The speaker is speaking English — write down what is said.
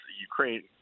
Ukraine